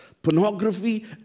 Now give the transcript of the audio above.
Pornography